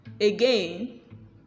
Again